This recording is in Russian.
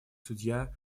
судья